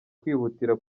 kwihutira